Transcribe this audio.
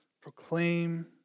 proclaim